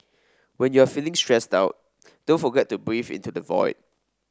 when you are feeling stressed out don't forget to breathe into the void